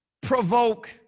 provoke